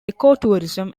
ecotourism